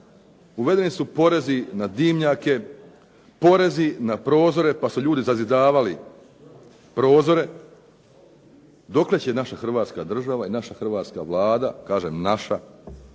uvedeni su porezi na dimnjake, porezi na prozore pa su ljudi zazidavali prozore. Dokle će naša Hrvatska država i naša hrvatska Vlada, kažem naša